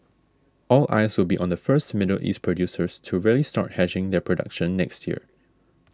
all eyes will be on the first Middle East producers to really start hedging their production next year